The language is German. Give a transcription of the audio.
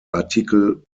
artikel